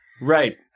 Right